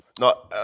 No